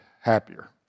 happier